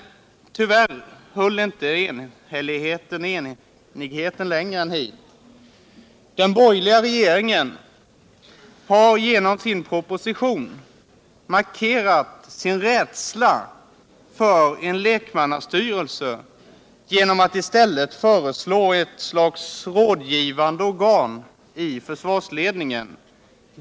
Tyvärr höll inte enigheten längre än hit. Den borgerliga regeringen har genom sin proposition markerat sin rädsla för en lekmannastyrelse genom att i stället föreslå ett slags rådgivande organ i försvarsledningen.